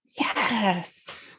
Yes